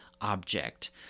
object